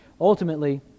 Ultimately